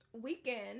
weekend